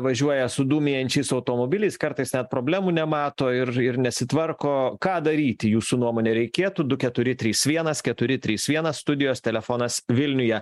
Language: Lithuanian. važiuoja su dūmijančiais automobiliais kartais net problemų nemato ir ir nesitvarko ką daryti jūsų nuomone reikėtų du keturi trys vienas keturi trys vienas studijos telefonas vilniuje